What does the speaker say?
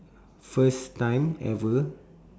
first time ever